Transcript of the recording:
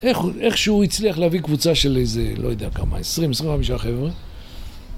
איך שהוא הצליח להביא קבוצה של איזה, לא יודע כמה, 20-25 חבר'ה?